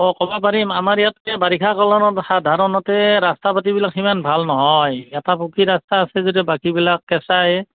অ ক'ব পাৰিম আমাৰ ইয়াত এতিয়া বাৰিষা কালত সাধাৰণতে ৰাস্তা পাতিবিলাক সিমান ভাল নহয় এটা পকী ৰাস্তা আছে যদিও বাকীবিলাক কেঁচায়ে